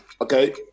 Okay